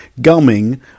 gumming